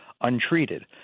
untreated